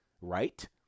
right